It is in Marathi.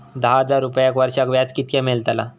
दहा हजार रुपयांक वर्षाक व्याज कितक्या मेलताला?